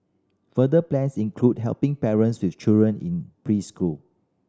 further plans include helping parents with children in preschool